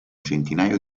centinaio